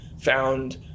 found